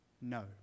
no